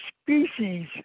species